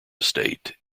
estate